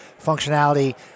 functionality